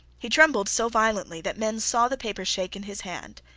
he trembled so violently that men saw the paper shake in his hand.